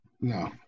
no